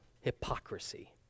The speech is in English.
Hypocrisy